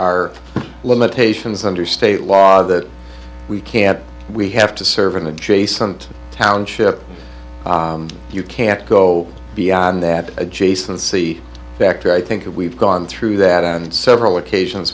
are limitations under state law that we can't we have to serve an adjacent township you can't go beyond that adjacency fact i think we've gone through that and several occasions